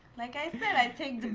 like i said, i take